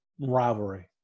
rivalry